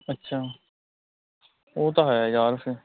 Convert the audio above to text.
ਅੱਛਾ ਉਹ ਤਾਂ ਹੈ ਯਾਰ ਫੇਰ